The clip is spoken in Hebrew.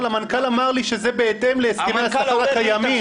אבל המנכ"ל אמר לי שזה בהתאם להסכמי השכר הקיימים,